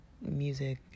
music